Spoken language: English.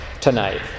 tonight